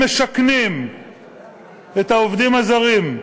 הם משכנים את העובדים הזרים,